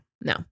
no